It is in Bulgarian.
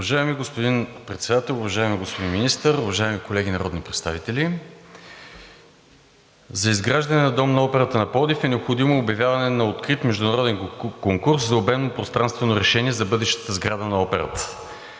Уважаеми господин Председател, уважаеми господин Министър, уважаеми колеги народни представители! За изграждане на Дом на операта на Пловдив е необходимо обявяване на открит международен конкурс за обемно пространствено решение за бъдещата сграда на операта.